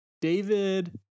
David